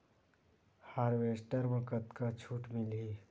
Harvester म कतका छूट मिलही?